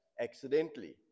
accidentally